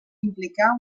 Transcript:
implicar